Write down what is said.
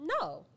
no